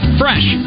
fresh